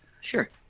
Sure